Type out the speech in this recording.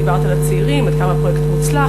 דיברת על הצעירים, עד כמה הפרויקט מוצלח.